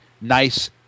nice